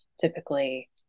typically